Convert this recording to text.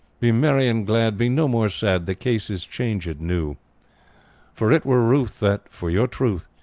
be merry and glad, be no more sad, the case is changed new for it were ruth, that, for your truth,